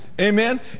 Amen